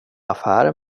affärer